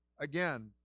again